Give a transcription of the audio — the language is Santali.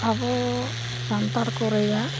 ᱟᱵᱚ ᱥᱟᱱᱛᱟᱲ ᱠᱚ ᱨᱮᱱᱟᱜ